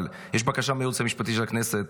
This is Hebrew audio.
אבל יש בקשה מהייעוץ המשפטי של הכנסת,